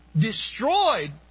destroyed